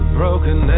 broken